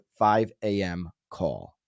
5AMcall